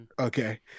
Okay